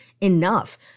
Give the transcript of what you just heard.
enough